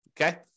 Okay